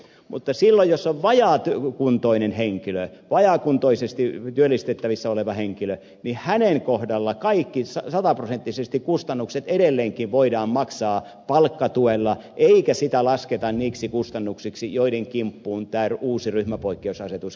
mutta silloin jos on vajaakuntoinen henkilö vajaakuntoisesti työllistettävissä oleva henkilö hänen kohdallaan kaikki kustannukset sataprosenttisesti edelleenkin voidaan maksaa palkkatuella eikä sitä lasketa niiksi kustannuksiksi joiden kimppuun tämä uusi ryhmäpoikkeusasetus käy